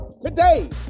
today